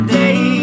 day